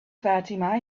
fatima